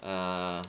ah